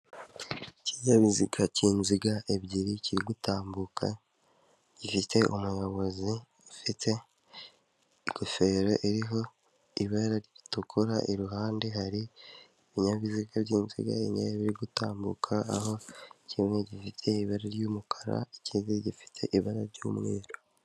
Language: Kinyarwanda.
Ikinyabiziga cy'inziga ebyiri kiri gutambuka gifite umuyobozi ufite ingofero iriho ibara ritukura, iruhande hari ibinyabiziga by'inziga enye biri gutambuka aho kimwe gifite ibara ry'umukara, ikindi gifite ibara ry'umweru.